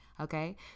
Okay